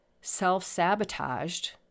self-sabotaged